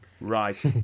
Right